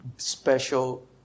special